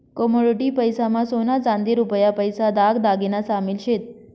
commodity पैसा मा सोना चांदी रुपया पैसा दाग दागिना शामिल शेत